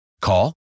Call